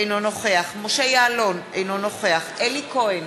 אינו נוכח משה יעלון, אינו נוכח אלי כהן,